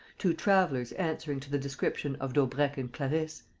two travellers answering to the description of daubrecq and clarisse.